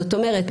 זאת אומרת,